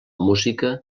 música